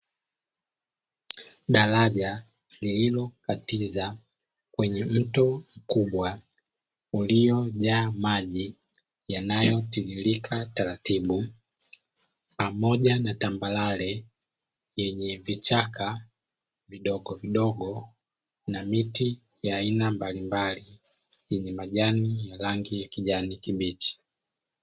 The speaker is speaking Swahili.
Daraja lililokatiza kwenye mto mkubwa uliojaa maji yanayo tiririka, taratibu pamoja na tambarare yenye vichaka vidogovidogo, na miti ya aina mbalimbali yenye majani yenye rangi ya kijani kibichi.